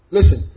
Listen